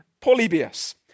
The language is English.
Polybius